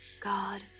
God